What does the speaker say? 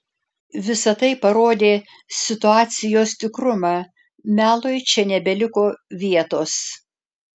visa tai parodė situacijos tikrumą melui čia nebeliko vietos